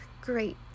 great